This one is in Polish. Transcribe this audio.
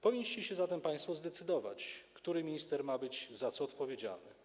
Powinniście się zatem państwo zdecydować, który minister ma być za co odpowiedzialny.